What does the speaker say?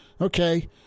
okay